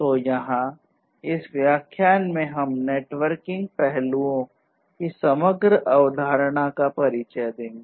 तो यहाँ इस व्याख्यान में हम नेटवर्किंग पहलुओं की समग्र अवधारणा का परिचय देंगे